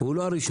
הוא לא הראשון.